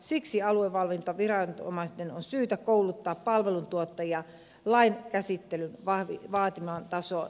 siksi aluevalvontaviranomaisten on syytä kouluttaa palveluntuottajia lain käsittelyn vaatimaan tasoon